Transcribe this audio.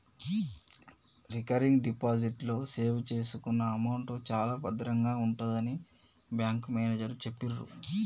recurring deposit లో save చేసుకున్న amount చాలా భద్రంగా ఉంటుందని బ్యాంకు మేనేజరు చెప్పిర్రు